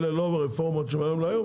אלה לא רפורמות מהיום להיום,